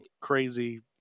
crazy